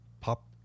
Pop